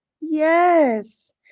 Yes